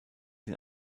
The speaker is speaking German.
den